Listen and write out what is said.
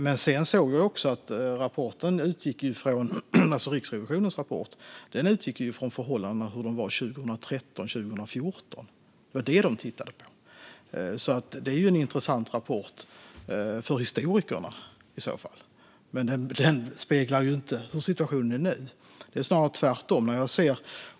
Jag såg också att Riksrevisionens rapport utgår från hur förhållandena var 2013-2014. Det var detta Riksrevisionen tittade på. Det är en intressant rapport för historikerna i så fall. Men den speglar inte hur situationen är nu. Det är snarare tvärtom.